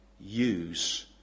use